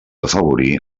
afavorir